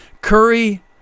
curry